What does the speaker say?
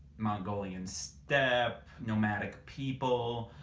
mongolian step, nomadic people.